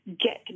get